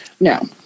no